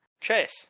Chase